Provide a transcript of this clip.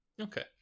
okay